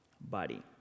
body